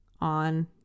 on